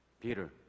Peter